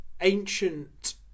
ancient